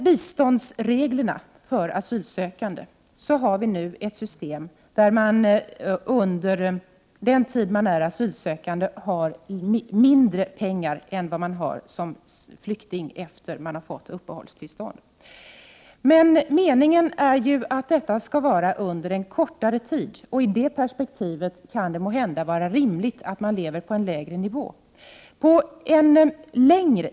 Biståndsreglerna för asylsökande är i dag så utformade att man under den tid man är asylsökande har mindre pengar än vad man får som flykting när man har fått uppehållstillstånd. Meningen är att det skall röra sig om en kortare tid. I det perspektivet kan det måhända vara rimligt att man får leva på en lägre nivå.